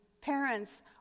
parents